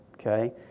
okay